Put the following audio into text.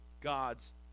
God's